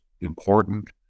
important